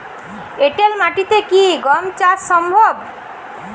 এঁটেল মাটিতে কি গম চাষ সম্ভব?